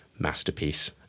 masterpiece